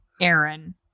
Aaron